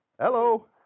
Hello